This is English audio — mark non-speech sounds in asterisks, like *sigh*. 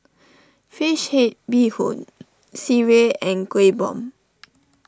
Fish Head Bee Hoon Sireh and Kueh Bom *noise*